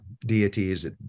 deities